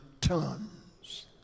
tons